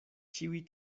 ĉiuj